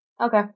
Okay